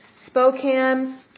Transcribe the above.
Spokane